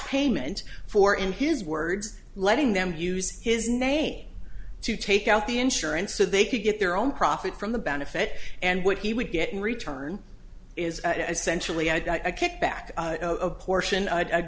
payment for in his words letting them use his name to take out the insurance so they could get their own profit from the benefit and what he would get in return is essentially i kick back a portion